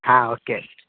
ಹಾಂ ಓಕೆ